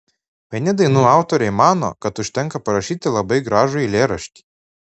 vieni dainų autoriai mano kad užtenka parašyti labai gražų eilėraštį